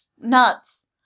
nuts